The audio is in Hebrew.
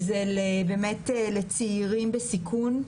לצעירים בסיכון.